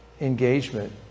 engagement